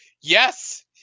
Yes